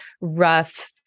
rough